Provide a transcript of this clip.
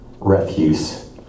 refuse